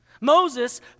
Moses